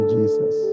Jesus